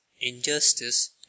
Injustice